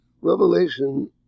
Revelation